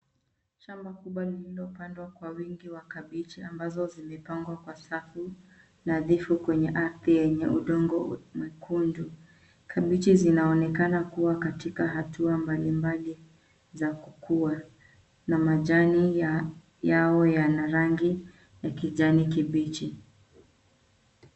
Shamba kubwa lililopandwa kwa wingi wa kabeji ambazo zimepandwa kwa safu nadhifu kwenye ardhi yenye udongo mwekundu. Kabeji zinaonekana kuwa katika hatua mbalimbali za kukua na majani yao yana rangi ya kijani kibichi.